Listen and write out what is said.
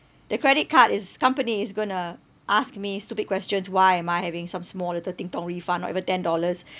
the credit card is company is going to ask me stupid questions why am I having some small little ting tong refund not even ten dollars